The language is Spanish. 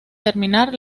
terminar